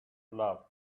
love